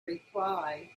reply